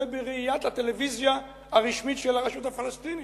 זה בראיית הטלוויזיה הרשמית של הרשות הפלסטינית.